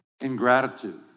ingratitude